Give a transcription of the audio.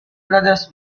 brothers